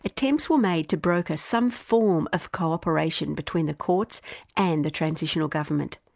attempts were made to broker some form of co-operation between the courts and the transitional government.